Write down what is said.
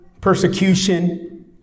persecution